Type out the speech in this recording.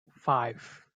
five